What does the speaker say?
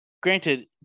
granted